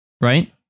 right